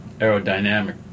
aerodynamic